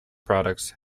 products